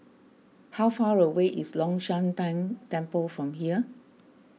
how far away is Long Shan Tang Temple from here